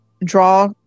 draw